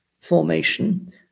formation